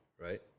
right